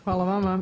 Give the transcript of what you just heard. Hvala vama.